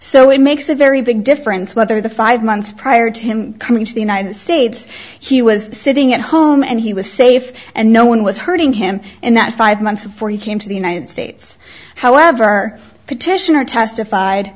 so it makes a very big difference whether the five months prior to him coming to the united states he was sitting at home and he was safe and no one was hurting him in that five months before he came to the united states however petitioner testified